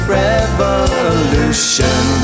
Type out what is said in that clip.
revolution